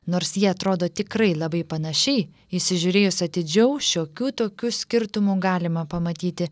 nors jie atrodo tikrai labai panašiai įsižiūrėjus atidžiau šiokių tokių skirtumų galima pamatyti